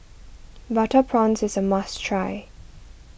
Butter Prawns is a must try